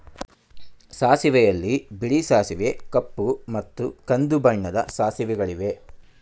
ಸಾಸಿವೆಯಲ್ಲಿ ಬಿಳಿ ಸಾಸಿವೆ ಕಪ್ಪು ಮತ್ತು ಕಂದು ಬಣ್ಣದ ಸಾಸಿವೆಗಳಿವೆ